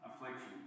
affliction